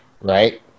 right